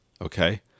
okay